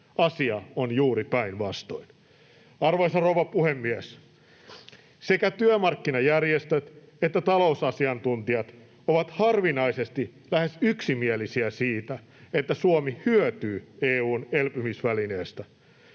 Asia on juuri päinvastoin. Arvoisa rouva puhemies! Sekä työmarkkinajärjestöt että talousasiantuntijat ovat harvinaisesti lähes yksimielisiä siitä, että Suomi hyötyy EU:n elpymisvälineestä.